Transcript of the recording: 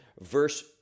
verse